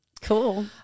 Cool